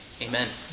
Amen